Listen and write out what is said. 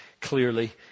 clearly